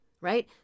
right